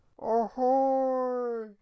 Ahoy